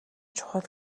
чухал